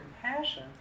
compassion